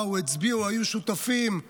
באו, הצביעו, היו שותפים,